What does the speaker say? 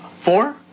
Four